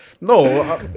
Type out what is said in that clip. No